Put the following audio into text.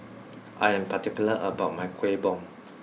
I am particular about my Kuih Bom